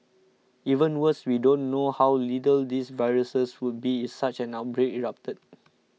even worse we don't know how lethal these viruses would be if such an outbreak erupted